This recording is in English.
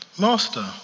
master